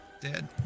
dead